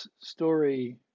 story